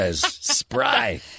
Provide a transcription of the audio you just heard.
spry